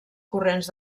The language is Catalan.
corrents